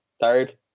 third